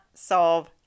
solve